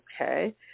Okay